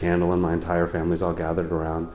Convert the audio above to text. candle in my entire families all gathered around